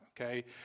Okay